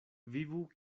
vivu